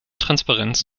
transparenz